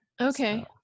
Okay